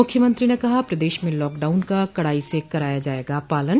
मुख्यमंत्री ने कहा प्रदेश में लॉकडाउन का कड़ाई से कराया जायेगा पालन